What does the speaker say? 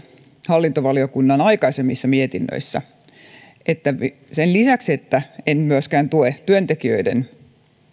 hallintovaliokunnan aikaisemmissa mietinnöissä on erikseen todettu että sen lisäksi että en myöskään tue työntekijöiden